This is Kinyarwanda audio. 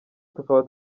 tukaba